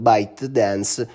ByteDance